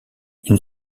une